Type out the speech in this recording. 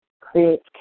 creates